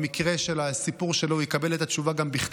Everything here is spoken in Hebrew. במקרה של הסיפור שלו הוא יקבל את התשובה גם בכתב.